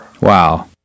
wow